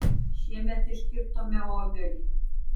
šiemet iškirtome obelį